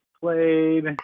played